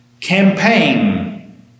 campaign